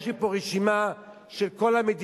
יש לי פה רשימה של כל המדינות,